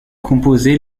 composé